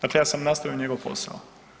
Dakle, ja sam nastavio njegov posao.